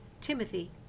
Timothy